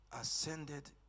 ascended